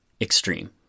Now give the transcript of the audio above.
extreme